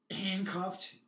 handcuffed